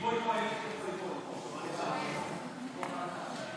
אנחנו עוברים להצבעה על הצעת חוק העונשין (תיקון מס' 142,